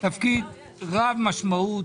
תפקיד רב משמעות.